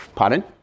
Pardon